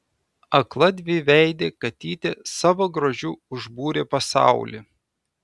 akla dviveidė katytė savo grožiu užbūrė pasaulį